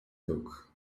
book